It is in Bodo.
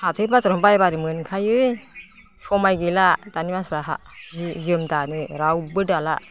हाथाय बाजारावनो बायबानो मोनखायो सम गैला दानि मानसिफ्रा जि जोम दानो रावबो दाला